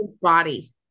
body